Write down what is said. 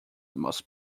must